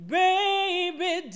baby